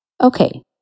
Okay